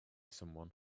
someone